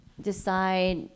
decide